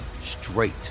straight